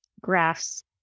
graphs